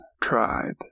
tribe